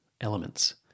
elements